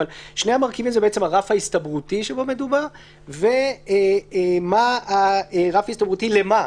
שני המרכיבים הם בעצם הרף ההסתברותי שבו מדובר ורף הסתברותי למה?